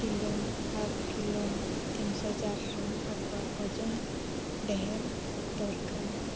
ᱛᱤᱱᱥᱚ ᱪᱟᱨᱥᱚ ᱟᱠᱚᱣᱟᱜ ᱳᱡᱚᱱ ᱰᱷᱮᱨ ᱫᱚᱨᱠᱟᱨ